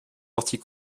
partie